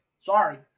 Sorry